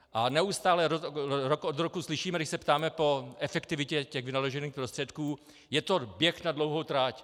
A neustále, rok od roku, slyšíme, když se ptáme po efektivitě vynaložených prostředků: je to běh na dlouhou trať.